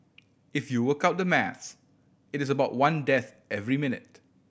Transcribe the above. if you work out the maths it is about one death every minute